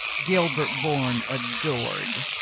gilbert bourne adored,